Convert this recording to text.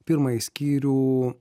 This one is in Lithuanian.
pirmąjį skyrių